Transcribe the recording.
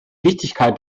wichtigkeit